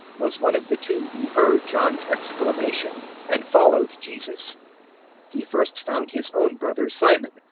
was one of the two who heard john's exclamation and followed jesus he first found his own brother simon,